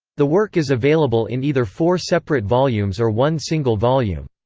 the work is available in either four separate volumes or one single volume.